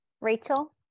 Rachel